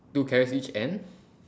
two carrots each and